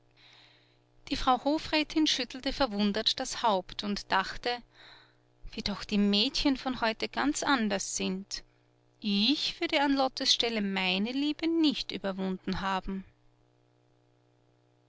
die frau hofrätin schüttelte verwundert das haupt und dachte wie doch die mädchen von heute ganz anders sind ich würde an lottes stelle meine liebe nicht überwunden haben